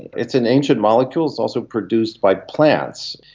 it's an ancient molecule it's also produced by plants,